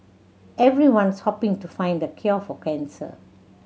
Everyone's hoping to find the cure for cancer